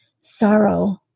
Sorrow